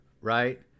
right